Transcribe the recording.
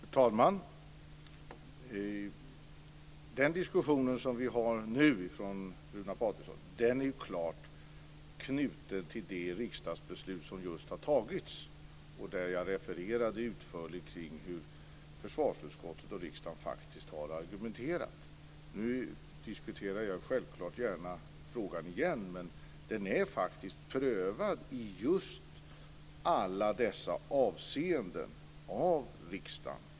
Fru talman! Den diskussion som Runar Patriksson och jag nu för är klart knuten till det riksdagsbeslut som just har tagits. Jag refererade utförligt hur försvarsutskottet och riksdagen har argumenterat. Självfallet diskuterar jag gärna frågan igen, men den är faktiskt prövad av riksdagen i just alla dessa avseenden.